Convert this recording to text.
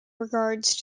regard